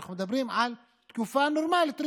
אנחנו מדברים על תקופה נורמלית,